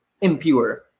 impure